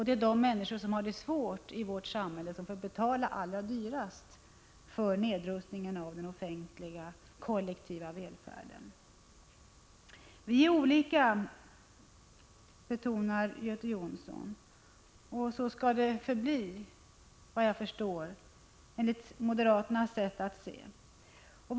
Det är de människor som har det svårt i vårt samhälle som får betala allra mest för nedrustningen av den offentliga, kollektiva välfärden. Vi är olika, betonade Göte Jonsson. Så skall det enligt moderaternas sätt att se förbli, efter vad jag förstår.